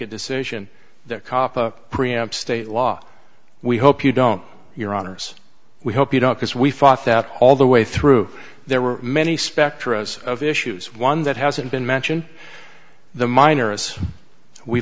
a decision that capa preempt state law we hope you don't your honors we hope you don't because we thought that all the way through there were many specter as of issues one that hasn't been mention the minor as we